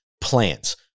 plans